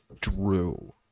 Drew